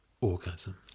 orgasm